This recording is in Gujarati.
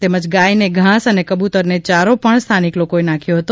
તેમજ ગાયને ઘાસ અને કબૂતરને ચારો પણ સ્થાનિક લોકોએ નાખ્યો હતો